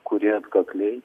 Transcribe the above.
kurie atkakliai